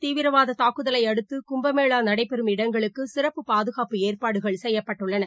தீவிரவாததாக்குதலையடுத்துகும்பமேளாநடைபெறும் இடங்களுக்குசிறப்பு புல்வாமர் பாதுகாப்பு ஏற்பாடுகள் செய்யப்பட்டுள்ளன